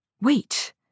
Wait